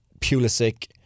Pulisic